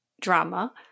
drama